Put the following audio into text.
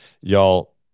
y'all